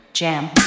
jam